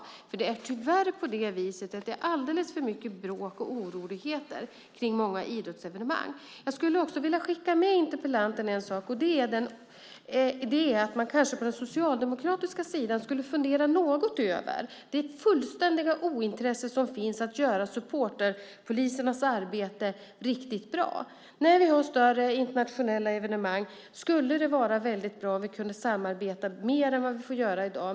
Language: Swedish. Det är nämligen tyvärr på det viset att det är alldeles för mycket bråk och oroligheter kring många idrottsevenemang. Jag skulle också vilja skicka med interpellanten en sak, och det är att man från den socialdemokratiska sidan kanske skulle fundera något över det fullständiga ointresse som finns för att göra supporterpolisernas arbete riktigt bra. När vi har större internationella evenemang skulle det vara väldigt bra om vi kunde samarbeta mer än vad vi får göra i dag.